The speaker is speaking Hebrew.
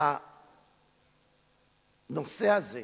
שהנושא הזה